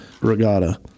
regatta